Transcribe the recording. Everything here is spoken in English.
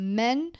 men